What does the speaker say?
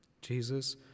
Jesus